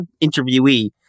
interviewee